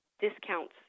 discounts